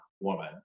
woman